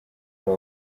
haba